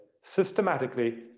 systematically